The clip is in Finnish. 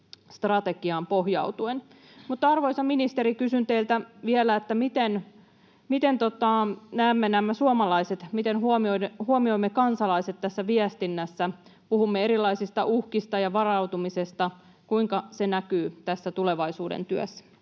strategiaan pohjautuen. Mutta, arvoisa ministeri, kysyn teiltä vielä, miten näemme suomalaiset, miten huomioimme kansalaiset tässä viestinnässä? Puhumme erilaisista uhkista ja varautumisesta. Kuinka se näkyy tässä tulevaisuuden työssä?